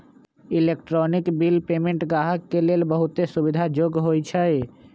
electronic bill payment गाहक के लेल बहुते सुविधा जोग्य होइ छइ